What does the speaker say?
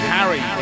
Harry